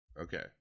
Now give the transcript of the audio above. Okay